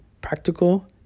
practical